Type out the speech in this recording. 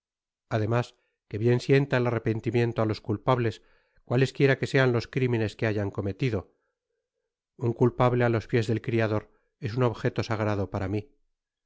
además que bien sienta el arrepentimiento á los culpables cualesquiera que sean los crímenes que hayan cometido un culpable á los piés del criador es un objeto sagrado para mí